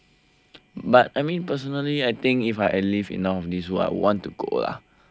but I mean personally I think if I live enough of this world I would want to go lah